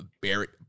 Barrett